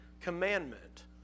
commandment